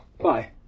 Bye